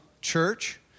church